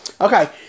Okay